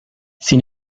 sin